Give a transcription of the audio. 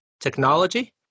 technology